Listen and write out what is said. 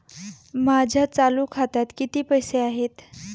माझ्या चालू खात्यात किती पैसे आहेत?